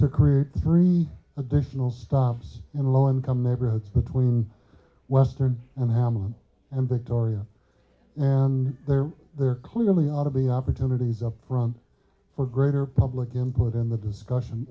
to create three additional stops in low income neighborhoods between western and hamilton and victoria and there there are clearly out of the opportunities up front for greater public input in the discussion